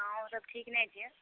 हँ ओसब ठीक नहि छै